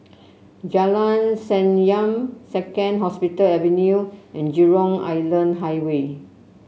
Jalan Senyum Second Hospital Avenue and Jurong Island Highway